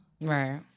Right